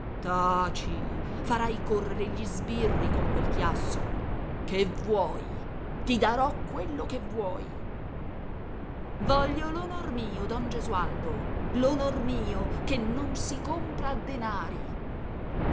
farai correre gli sbirri con quel chiasso che vuoi ti darò quello che vuoi voglio l'onor mio don gesualdo l'onor mio che non si compra a denari